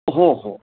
हो हो